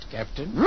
Captain